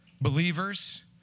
believers